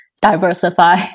diversify